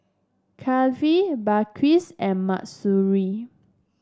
Kifli Balqis and Mahsuri